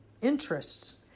interests